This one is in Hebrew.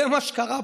זה מה שקרה פה.